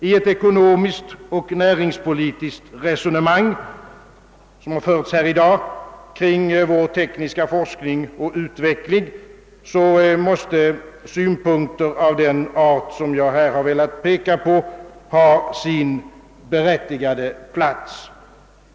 I ett ekonomiskt och näringspolitiskt resonemang av den typ som förts här i dag kring vår tekniska forskning och utveckling måste synpunkter av denna art ha sin berättigade plats.